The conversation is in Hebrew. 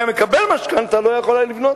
היה מקבל משכנתה הוא לא יכול היה לקנות,